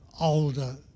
older